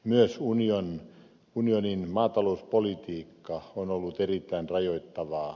myös unionin maatalouspolitiikka on ollut erittäin rajoittavaa